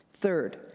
Third